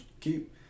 keep